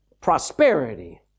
prosperity